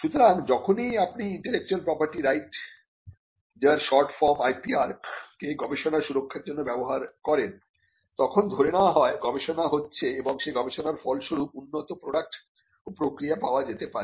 সুতরাং যখনই আপনি ইন্টেলেকচুয়াল প্রপার্টি রাইট যার শর্ট ফর্ম IPR কে গবেষণার সুরক্ষার জন্য ব্যবহার করেন তখন ধরে নেওয়া হয় গবেষণা হচ্ছে এবং সেই গবেষণার ফলস্বরূপ উন্নত প্রডাক্ট ও প্রক্রিয়া পাওয়া যেতে পারে